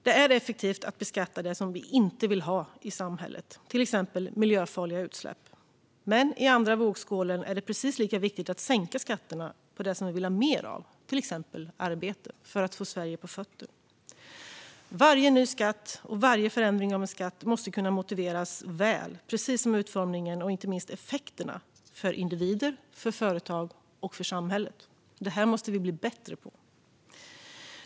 Det är effektivt att beskatta det som vi inte vill ha i samhället, till exempel miljöfarliga utsläpp. Men i andra vågskålen är det precis lika viktigt att sänka skatterna på det som vi vill ha mer av, till exempel arbete, för att få Sverige på fötter. Varje ny skatt och varje förändring av en skatt måste kunna motiveras väl, precis som utformningen och inte minst effekterna för individer, för företag och för samhälle. Detta måste vi bli bättre på.